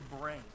brain